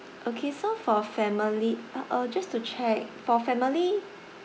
okay so for family uh just to check for family